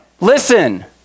Listen